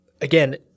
Again